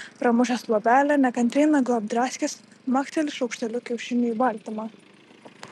pramušęs luobelę nekantriai nagu apdraskęs makteli šaukšteliu kiaušiniui į baltymą